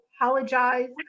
apologize